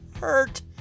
hurt